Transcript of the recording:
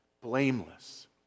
blameless